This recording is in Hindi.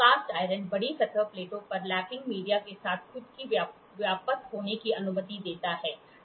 कास्ट आयरन बड़ी सतह प्लेटों पर लैपिंग मीडिया के साथ खुद को व्याप्त होने की अनुमति देता है